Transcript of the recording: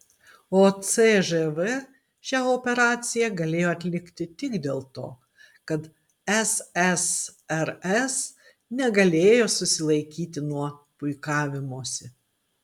o cžv šią operaciją galėjo atlikti tik dėl to kad ssrs negalėjo susilaikyti nuo puikavimosi